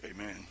Amen